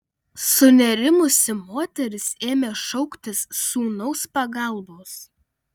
sunerimusi moteris ėmė šauktis sūnaus pagalbos